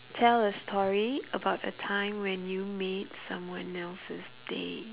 tell a story about the time when you made someone else's day